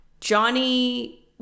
Johnny